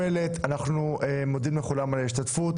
כ"ד בטבת התשפ"ב,